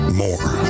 more